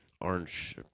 Orange